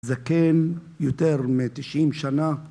זקן יותר מ-90 שנה.